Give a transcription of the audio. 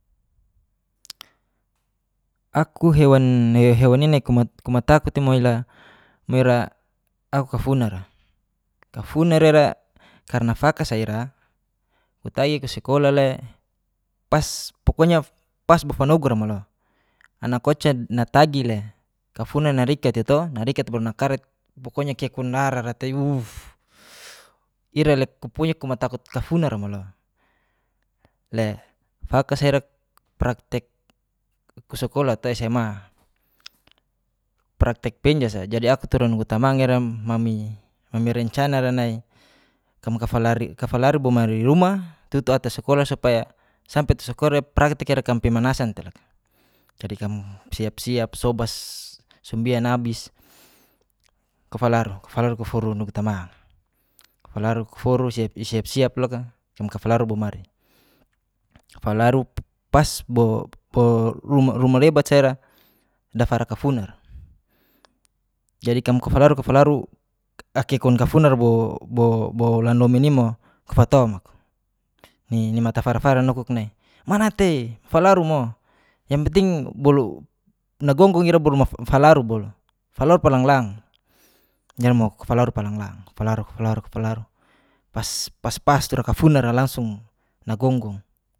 Aku hewa i'nai kuma takut tei moila au kafu na ra, kafu na ra ira karna faka sa ira kutagi ku sekola le pokoknya pas bo fanogura malo anak oca na tagi le kafuna narikat i' to, narikat bar nakarat pokoknya kekun rara' tei huuufftt ira le pokoknya kuma takut kafuna ra malo, le faka sa ira praktek ke sekolah tei sma, praktek penjas'a jadi aku tura nugu tamang ira mami rencana ra nai kam kafalaru bomari ruma tutu ata sekolah supaya sampe ata skora praktek ira kam pemanasan tei loka. Jadi kam siap-siap sobas sembian abis kofalaru, kuforu nugu tamang. kufalaru kuforu siap-siap loka kam kafalaru bomari, kafalaru pas ruma rebat sa ira dafara kafunara, jadi kam kofalaru kofalaru akekun kafunara bolan lomin'i mo kofatom. nai nima tafara fara nuguk nai mana tei falaru mo yang penting bolu nagonggong ira bolum, falaru bolu falaru palanglang, jadi mo falaru palanglang. Falaruk falaruk falaruk pas-pas tura kafunara langsung nagonggong.